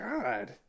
god